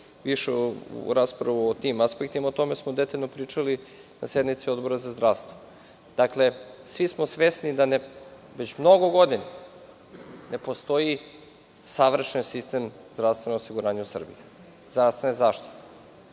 u raspravu o tim aspektima, o tome smo detaljno pričali na sednici Odbora za zdravstvo. Dakle, svi smo svesni da već mnogo godina ne postoji savršen sistem zdravstvenog osiguranja u Srbiji, zdravstvene zaštite.